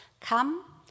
Come